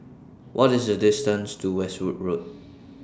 What IS The distance to Westwood Road